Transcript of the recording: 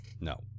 No